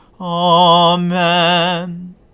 Amen